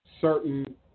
certain